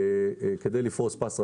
כדי לפרוס פס רחב.